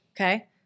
Okay